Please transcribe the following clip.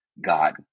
God